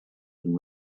and